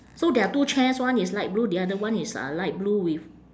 so there are two chairs one is light blue the other one is uh light blue with